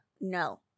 No